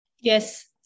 Yes